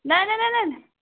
ନାଁ ନାଁ ନାଁ ନାଁ